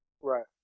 Right